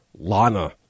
Lana